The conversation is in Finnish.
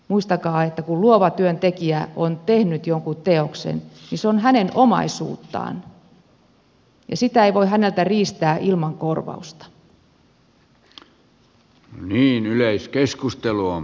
muistakaa että kun luova työntekijä on tehnyt jonkun teoksen niin se on hänen omaisuuttaan ja sitä ei voi häneltä riistää ilman korvausta